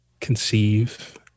conceive